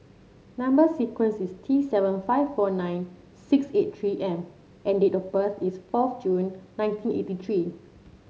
number sequence is T seven five four nine six eight three M and date of birth is fourth June nineteen eighty three